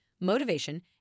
motivation